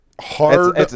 Hard